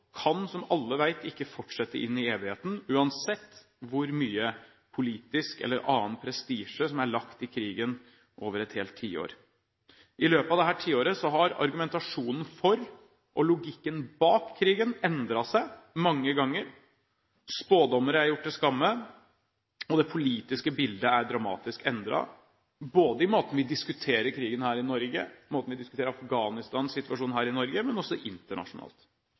kan, som alle vet, ikke fortsette inn i evigheten, uansett hvor mye politisk eller annen prestisje som er lagt i krigen over et helt tiår. I løpet av dette tiåret har argumentasjonen for og logikken bak krigen endret seg mange ganger. Spådommer er gjort til skamme, og det politiske bildet er dramatisk endret, i måten vi diskuterer krigen og Afghanistan-situasjonen på her i Norge, og internasjonalt. I Afghanistan er sikkerheten dårlig. I motsetning til Norge,